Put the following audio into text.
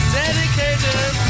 dedicated